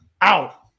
out